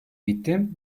gittim